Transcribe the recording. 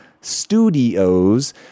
studios